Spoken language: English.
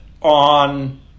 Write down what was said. on